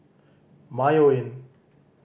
Mayo Inn